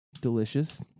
delicious